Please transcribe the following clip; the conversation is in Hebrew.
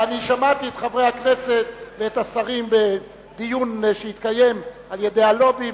שמעתי את חברי הכנסת ואת השרים בדיון שהתקיים על-ידי הלובי,